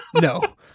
no